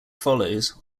follows